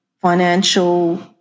financial